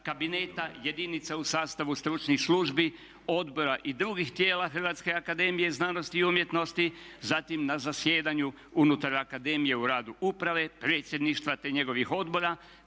kabineta, jedinica u sastavu stručnih službi, odbora i drugih tijela Hrvatske akademije znanosti i umjetnosti, zatim na zasjedanju unutar akademije u radu uprave, predsjedništva te njegovih odbora